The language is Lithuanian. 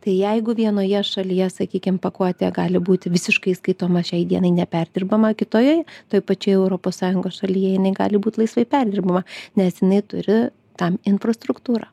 tai jeigu vienoje šalyje sakykim pakuotė gali būti visiškai skaitoma šiai dienai neperdirbama kitoje toj pačioj europos sąjungos šalyje ji negali būti laisvai perdirbama nes jinai turi tam infrastruktūrą